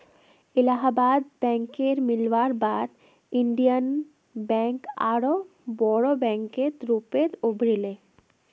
इलाहाबाद बैकेर मिलवार बाद इन्डियन बैंक आरोह बोरो बैंकेर रूपत उभरी ले